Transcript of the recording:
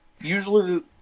usually